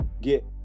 get